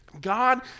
God